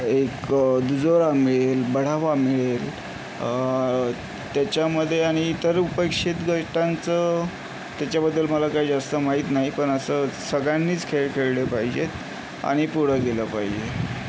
एक दुजोरा मिळेल बढावा मिळेल त्याच्यामध्ये आणि इतर उपेक्षित गोष्टींचं त्याच्याबद्दल मला काही जास्त माहीत नाही पण असं सगळ्यांनीच खेळ खेळले पाहिजे आणि पुढं गेलं पाहिजे